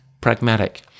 pragmatic